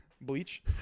Bleach